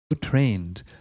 trained